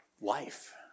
life